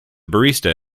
barista